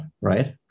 right